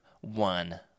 one